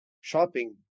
shopping